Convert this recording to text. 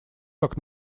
как